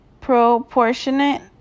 proportionate